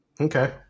Okay